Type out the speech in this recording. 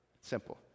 Simple